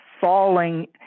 falling